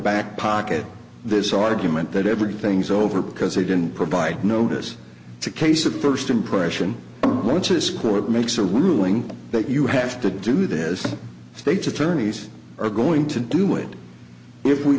back pocket this argument that everything's over because they didn't provide notice to case of first impression once this court makes a ruling that you have to do this state's attorneys are going to do it if we